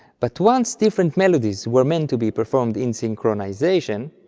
but once different melodies were meant to be performed in synchronization,